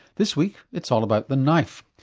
this week it's all about the knife.